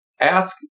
Ask